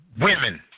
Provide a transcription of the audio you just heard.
Women